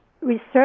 Research